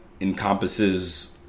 encompasses